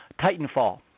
Titanfall